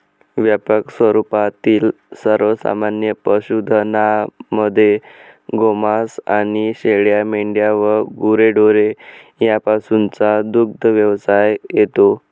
व्यापक स्वरूपातील सर्वमान्य पशुधनामध्ये गोमांस आणि शेळ्या, मेंढ्या व गुरेढोरे यापासूनचा दुग्धव्यवसाय येतो